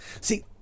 See